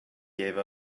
gave